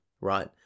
right